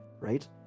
Right